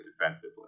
defensively